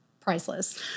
priceless